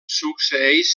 succeeix